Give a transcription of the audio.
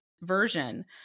version